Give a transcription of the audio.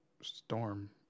storm